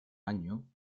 año